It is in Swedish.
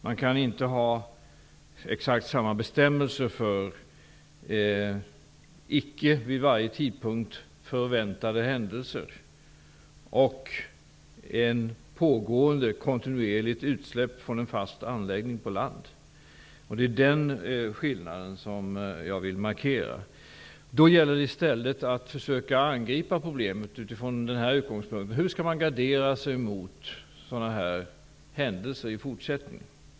Man kan inte ha exakt samma bestämmelser för icke vid varje tidpunkt förväntade händelser och ett pågående kontinuerligt utsläpp från en fast anläggning på land. Det är den skillnaden som jag vill markera. Då gäller det i stället att försöka angripa problemet utifrån den här utgångspunkten: Hur skall man gardera sig mot sådana händelser i fortsättningen?